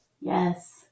Yes